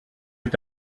est